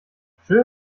tschö